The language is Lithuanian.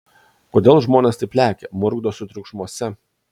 kodėl žmonės taip lekia murkdosi triukšmuose